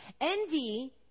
Envy